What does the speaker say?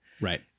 right